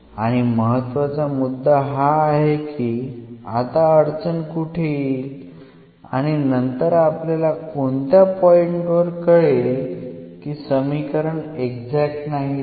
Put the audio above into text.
आणि महत्वाचा मुद्दा हा आहे की आता अडचण कुठे येईल आणि नंतर आपल्याला कोणत्या पॉईंट वर कळेल की समीकरण एक्झॅक्ट नाही ते